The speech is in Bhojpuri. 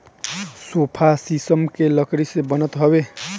सोफ़ा शीशम के लकड़ी से बनत हवे